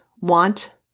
want